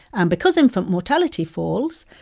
and because infant mortality falls,